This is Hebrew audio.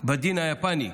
בדין היפני,